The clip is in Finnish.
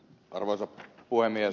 arvoisa puhemies